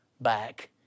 back